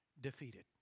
defeated